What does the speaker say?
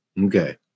Okay